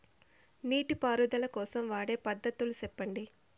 నీటి పారుదల కోసం వాడే పద్ధతులు సెప్పండి?